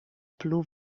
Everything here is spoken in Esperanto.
plu